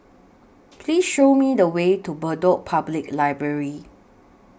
Please Show Me The Way to Bedok Public Library